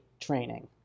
training